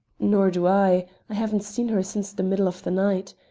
nor do i. i haven't seen her since the middle of the night.